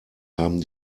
haben